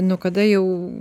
nuo kada jau